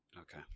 Okay